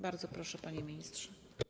Bardzo proszę, panie ministrze.